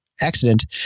accident